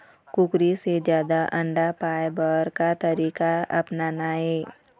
कुकरी से जादा अंडा पाय बर का तरीका अपनाना ये?